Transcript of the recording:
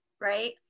Right